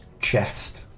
chest